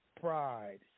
pride